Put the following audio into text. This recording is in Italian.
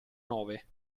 nove